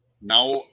now